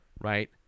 right